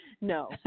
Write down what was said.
No